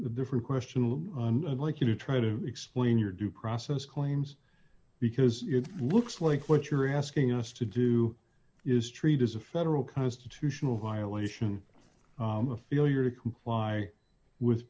different question and i'd like you to try to explain your due process claims because it looks like what you're asking us to do is treat is a federal constitutional violation or feel your to comply with